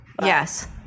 Yes